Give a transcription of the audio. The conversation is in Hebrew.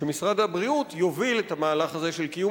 שמשרד הבריאות יוביל את המהלך הזה של קיום